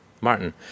Martin